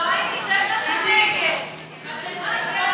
שטייניץ, איך אתה נגד?